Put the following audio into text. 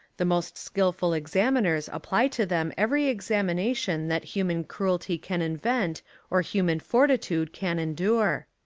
the most skilful examiners apply to them every examination that human cruelty can invent or human fortitude can endure.